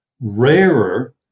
rarer